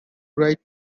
right